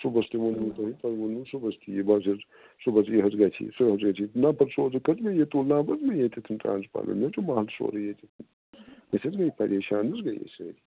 صُبحَس تہِ وونو تۄہہِ تۄہہِ وونوٕ صُبحَس تہِ یِہٕے بہٕ حظ چھَس صُبحَس حظ گژھِ یہِ صُبحَس گژھِ نہ سوزُک حظ یہِ تُلنو حظ مےٚ ییٚتہِ ٹرانَسفرامَر یہِ حظ چھِ بَنٛد سۄرٕے ییٚتہِ أسۍ حظ گٔے پریشان حظ گٔے أسۍ سٲری